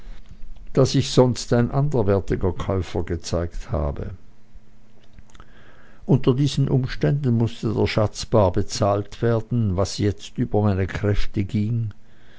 da sich sonst ein anderweitiger käufer gezeigt habe unter diesen umständen mußte der schatz bar bezahlt werden was jetzt über meine kräfte ging